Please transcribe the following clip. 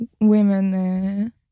women